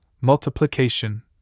multiplication